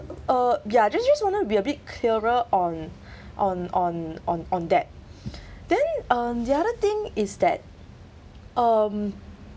uh yeah just just wanted to be a bit clearer on on on on on that then um the other thing is that um